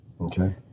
Okay